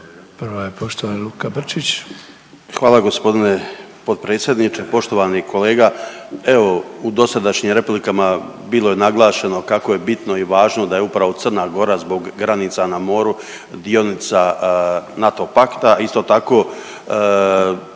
prva je poštovani Luka Brčić.